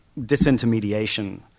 disintermediation